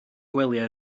gwelyau